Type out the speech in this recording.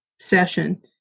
session